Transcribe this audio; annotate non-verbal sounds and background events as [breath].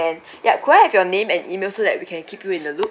[breath] ya could I have your name and email so that we can keep you in the loop